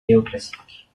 néoclassique